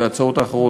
וההצעות האחרות,